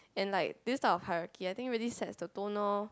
and like this type of hierarchy I think really sets the tone orh